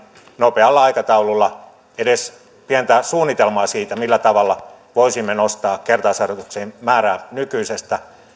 nopealla aikataululla edes pientä suunnitelmaa siitä millä tavalla voisimme nostaa kertausharjoituksien määrää nykyisestä